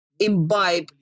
Imbibe